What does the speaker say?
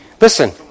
listen